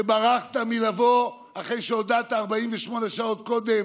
שברחת מלבוא, אחרי שהודעת 48 שעות קודם